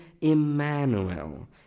Emmanuel